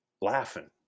laughing